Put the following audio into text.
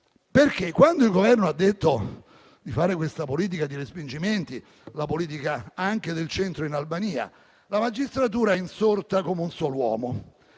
Quando il Governo ha detto di fare una politica dei respingimenti, anche quella del centro in Albania, la magistratura è insorta come un sol uomo